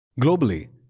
Globally